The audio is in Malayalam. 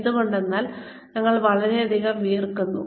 എന്തുകൊണ്ടെന്നാൽ ഞങ്ങൾ വളരെയധികം വിയർക്കുന്നു